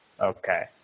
Okay